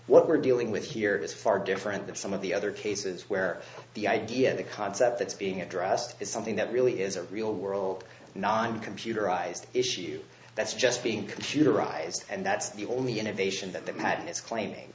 what we're dealing with here is far different than some of the other cases where the idea of the concept that's being addressed is something that really is a real world non computerized issue that's just being computerized and that's the only innovation that the patent is claiming